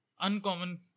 Uncommon